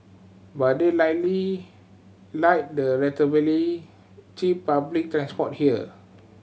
but they likely like the relatively cheap public transport here